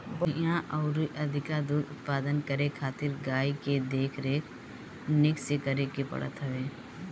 बढ़िया अउरी अधिका दूध उत्पादन करे खातिर गाई के देख रेख निक से करे के पड़त हवे